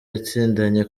yatsindanye